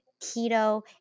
keto